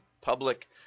public